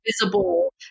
visible